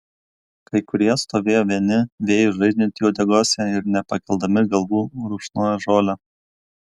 kai kurie stovėjo vieni vėjui žaidžiant jų uodegose ir nepakeldami galvų rupšnojo žolę